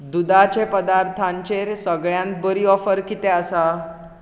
दुदाचे पदार्थांचेर सगळ्यांत बरी ऑफर कितें आसा